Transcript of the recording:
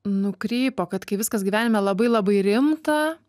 nukrypo kad kai viskas gyvenime labai labai rimta